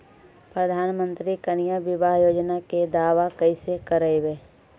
प्रधानमंत्री कन्या बिबाह योजना के दाबा कैसे करबै?